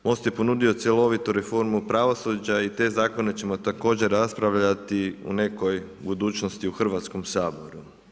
MOST je ponudio cjelovitu reformu pravosuđa i te zakone ćemo također raspravljati u nekoj budućnosti u Hrvatskom saboru.